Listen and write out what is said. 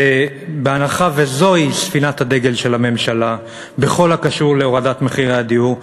ובהנחה שזוהי ספינת הדגל של הממשלה בכל הקשור להורדת מחירי הדיור,